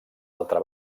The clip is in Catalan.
altra